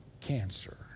cancer